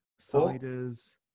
Ciders